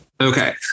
Okay